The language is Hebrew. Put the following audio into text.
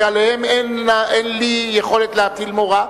שעליהם אין לי יכולת להטיל מורא,